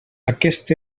aquest